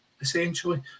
essentially